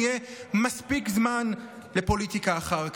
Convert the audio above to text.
יהיה מספיק זמן לפוליטיקה אחר כך.